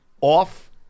Off